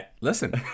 Listen